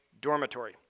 dormitory